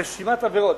רשימת עבירות.